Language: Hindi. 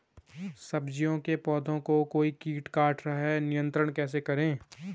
सब्जियों के पौधें को कोई कीट काट रहा है नियंत्रण कैसे करें?